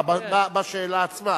השאלה עצמה,